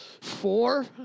four